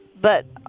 but